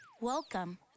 Welcome